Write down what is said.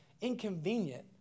inconvenient